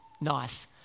nice